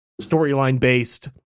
storyline-based